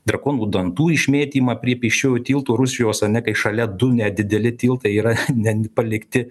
drakonų dantų išmėtymą prie pėsčiųjų tilto rusijos ane kai šalia du nedideli tiltai yra nen palikti